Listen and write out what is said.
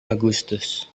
agustus